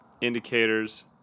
indicators